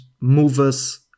movers